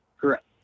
Correct